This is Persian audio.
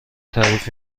تعریف